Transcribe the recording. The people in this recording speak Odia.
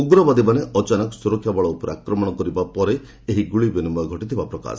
ଉଗ୍ରବାଦୀମାନେ ଅଚାନକ ସୁରକ୍ଷା ବଳ ଉପରେ ଆକ୍ରମଣ କରିବା ପରେ ଏହି ଗୁଳି ବିନିମୟ ଘଟିଥିବା ପ୍ରକାଶ